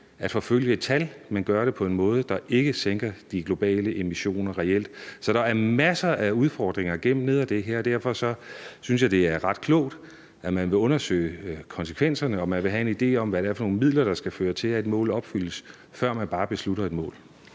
at forfølge et tal, men på en måde, der ikke sænker de globale emissioner reelt. Så der er masser af udfordringer gemt nede i det her, og derfor synes jeg, det er ret klogt, at man vil undersøge konsekvenserne, og at man vil have en idé om, hvad det er for nogle midler, der skal føre til, at et mål opfyldes, før man bare beslutter et mål.